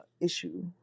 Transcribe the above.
issue